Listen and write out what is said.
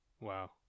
Wow